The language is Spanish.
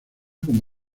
como